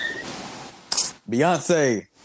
Beyonce